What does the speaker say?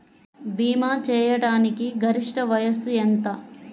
భీమా చేయాటానికి గరిష్ట వయస్సు ఎంత?